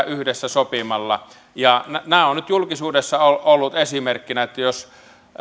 yhdessä sopimalla ja nämä ovat nyt julkisuudessa olleet esimerkkinä että